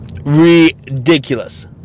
ridiculous